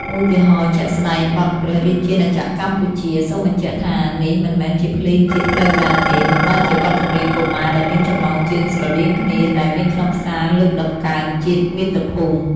ឧទាហរណ៍ជាក់ស្ដែងបទ "ព្រះរាជាណាចក្រកម្ពុជា" (សូមបញ្ជាក់ថានេះមិនមែនជាភ្លេងជាតិផ្លូវការទេ ប៉ុន្តែជាបទចម្រៀងកុមារដែលមានចំណងជើងស្រដៀងគ្នា) ដែលមានខ្លឹមសារលើកតម្កើងជាតិ មាតុភូមិ។